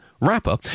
rapper